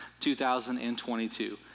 2022